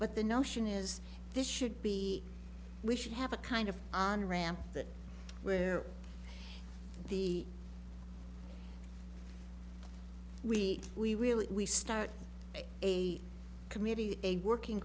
but the notion is this should be we should have a kind of on ramp that where the we we really we start a committee a working